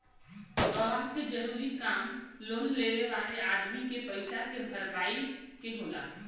गवाह के जरूरी काम लोन लेवे वाले अदमी के पईसा के भरपाई के होला